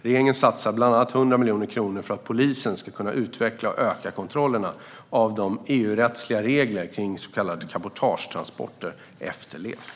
Regeringen satsar bland annat 100 miljoner kronor för att polisen ska kunna utveckla och öka kontrollerna av att de EU-rättsliga reglerna kring så kallade cabotagetransporter efterlevs.